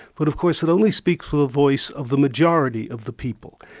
but of course it only speaks with a voice of the majority of the people,